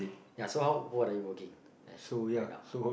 ya so how what are you working as right now